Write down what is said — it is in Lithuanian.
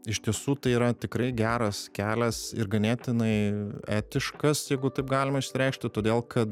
iš tiesų tai yra tikrai geras kelias ir ganėtinai etiškas jeigu taip galima išsireikšti todėl kad